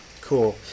Cool